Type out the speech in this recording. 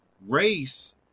Race